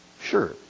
sure